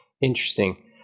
Interesting